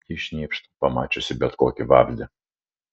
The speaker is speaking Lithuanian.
ji šnypš pamačiusi bet kokį vabzdį